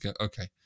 okay